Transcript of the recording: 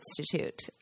Institute